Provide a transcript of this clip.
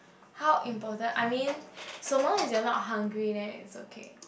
how important I mean someone is not that hungry then is okay